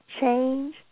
Change